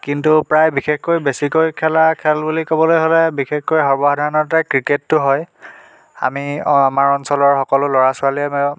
কিন্তু প্ৰায় বিশেষকৈ বেছিকৈ খেলা খেল বুলি ক'বলৈ হ'লে বিশেষকৈ সৰ্বসাধাৰণতে ক্ৰিকেটটো হয় আমি অঁ আমাৰ অঞ্চলৰ সকলো ল'ৰা ছোৱালীয়ে